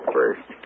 first